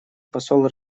посол